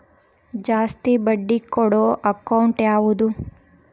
ಜಾಸ್ತಿ ಬಡ್ಡಿ ಕೊಡೋ ಅಕೌಂಟ್ ಯಾವುದು?